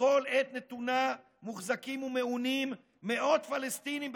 בכל עת נתונה מוחזקים ומעונים מאות פלסטינים,